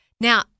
Now